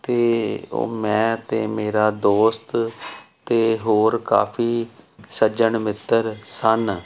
ਅਤੇ ਉਹ ਮੈਂ ਅਤੇ ਮੇਰਾ ਦੋਸਤ ਅਤੇ ਹੋਰ ਕਾਫ਼ੀ ਸੱਜਣ ਮਿੱਤਰ ਸਨ